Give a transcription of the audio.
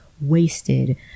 wasted